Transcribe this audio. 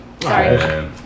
Sorry